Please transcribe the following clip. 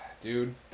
dude